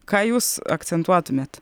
ką jūs akcentuotumėt